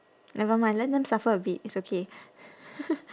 never mind let them suffer a bit it's okay